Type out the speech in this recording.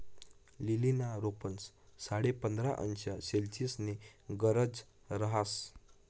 लीलीना रोपंस साठे पंधरा अंश सेल्सिअसनी गरज रहास